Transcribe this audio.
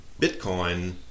Bitcoin